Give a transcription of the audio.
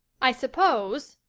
i suppose,